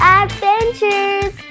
adventures